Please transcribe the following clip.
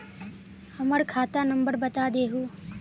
हमर खाता नंबर बता देहु?